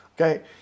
Okay